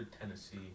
Tennessee